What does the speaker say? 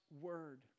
word